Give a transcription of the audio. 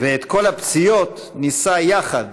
ואת כל הפציעות נישא יחד